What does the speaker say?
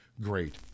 great